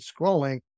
scrolling